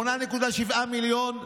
27 מיליון,